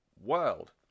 World